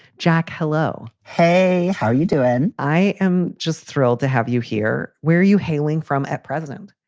jack, hello. hey, how are you doing? i am just thrilled to have you here. where are you hailing from? at present,